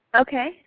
Okay